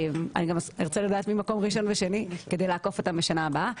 אני ארצה לדעת מי מקום ראשון ושני כדי לעקוף אותם בשנה הבאה.